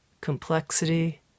complexity